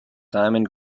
simon